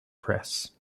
press